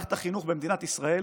מערכת החינוך במדינת ישראל